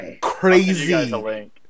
crazy